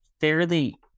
fairly